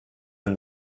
and